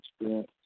experience